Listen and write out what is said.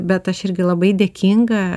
bet aš irgi labai dėkinga